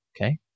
Okay